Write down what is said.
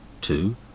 two